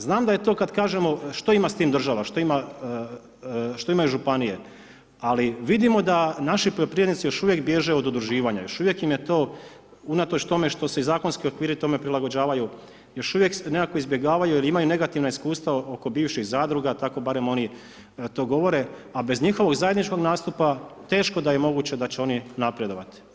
Znam da je to kada kažemo, što ima s tim država, što ima županije, ali vidimo da naši poljoprivrednici, još uvijek bježe od udruživanja, još uvijek im je to unatoč tome što se zakonski okviri tome prilagođavaju, još uvijek izbjegavaju jer imaju negativnih iskustva oko bivših zadruga tako barem oni to govore, a bez njihovih zajedničkog nastupa, teško da je moguće da će oni napredovati.